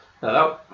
Hello